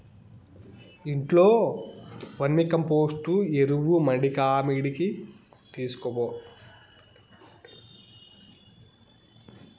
ఇంట్లో వర్మీకంపోస్టు ఎరువు మడికాడికి తీస్కపో